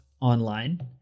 online